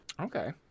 Okay